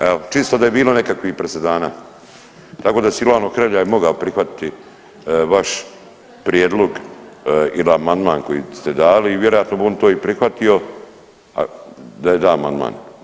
Evo, čisto da je bilo nekakvih presedana, tako da Silvano Hrelja je mogao prihvatiti vaš prijedlog ili amandman koji ste dali i vjerojatno bi on to i prihvatio da je dan amandman.